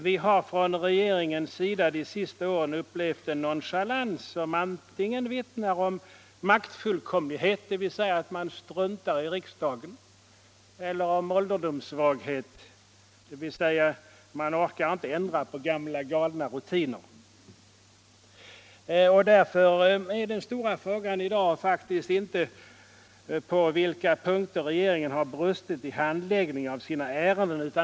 Vi har under de senaste åren upplevt en nonchalans från regeringens sida, som vittnar antingen om maktfullkomlighet, dvs. att man struntar i riksdagen, eller om ålderdomssvaghet, dvs. att man inte orkar ändra på gamla galna rutiner. Därför är den stora frågan i dag faktiskt inte på vilka punkter regeringen har brustit i handläggningen av sina ärenden.